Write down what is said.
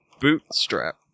Bootstrap